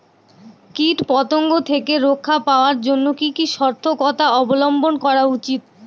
কীটপতঙ্গ থেকে রক্ষা পাওয়ার জন্য কি কি সর্তকতা অবলম্বন করা উচিৎ?